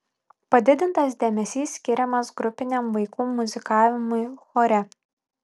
padidintas dėmesys skiriamas grupiniam vaikų muzikavimui chore